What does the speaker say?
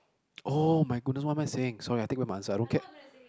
oh my goodness what am I saying sorry I take back my answer I don't care